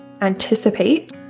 anticipate